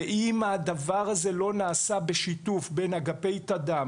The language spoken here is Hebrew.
אם הדבר הזה לא נעשה בשיתוף בין אגפי תד"מ